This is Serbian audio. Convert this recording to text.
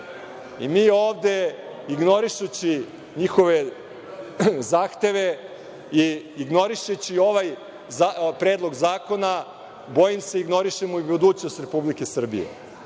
Mi ovde ignorišući njihove zahteve i ignorišući ovaj predlog zakona, bojim se ignorišemo i budućnost Republike Srbije,